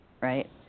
right